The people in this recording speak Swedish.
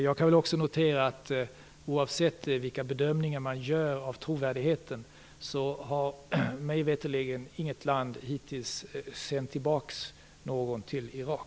Jag kan också notera att mig veterligen har inget land hittills, oavsett vilka bedömningar man gör av trovärdigheten, sänt tillbaka någon till Irak.